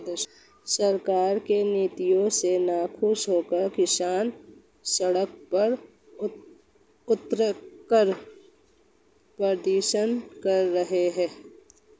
सरकार की नीतियों से नाखुश होकर किसान सड़क पर उतरकर प्रदर्शन कर रहे हैं